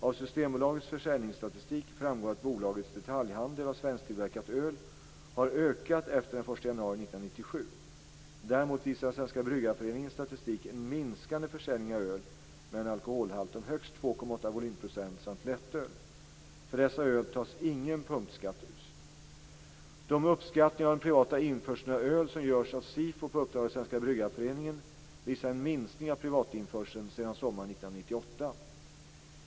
De uppskattningar av den privata införseln av öl som görs av SIFO på uppdrag av Svenska Bryggareföreningen visar en minskning av privatinförseln sedan sommaren 1998.